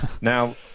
Now